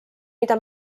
mida